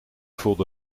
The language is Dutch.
voelde